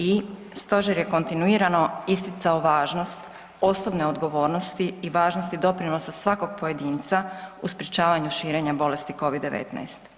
I stožer je kontinuirano isticao važnost osobne odgovornosti i važnosti doprinosa svakog pojedinca u sprječavanju širenja bolesti Covid-19.